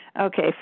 Okay